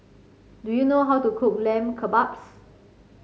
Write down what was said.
do you know how to cook Lamb Kebabs